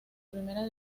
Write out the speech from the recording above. primera